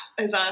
over